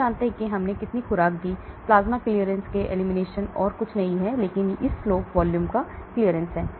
हम जानते हैं कि हमने कितनी खुराक दी प्लाज्मा क्लीयरेंस के एलिमिनेशन और कुछ नहीं है लेकिन इस slope वॉल्यूम क्लीयरेंस है